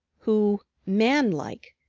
who, man-like,